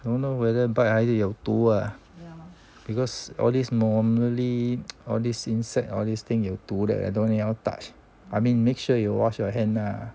don't know whether bite 还是有毒 uh because all this normally all these insect all these thing 有毒的 eh don't anyhow touch I mean make sure you wash your hand ah